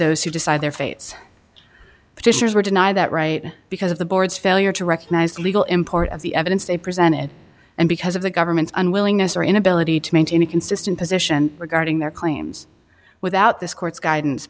those who decide their fates fischer's were denied that right because of the board's failure to recognize legal import of the evidence they presented and because of the government's unwillingness or inability to maintain a consistent position regarding their claims without this court's guidance